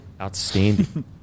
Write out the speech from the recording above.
outstanding